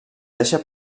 deixa